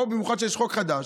במיוחד שיש חוק חדש,